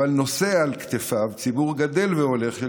אבל נושא על כתפיו ציבור גדל והולך של